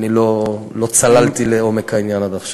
אני לא צללתי לעומק העניין עד עכשיו.